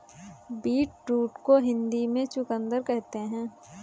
beetroot को हिंदी में चुकंदर कहते हैं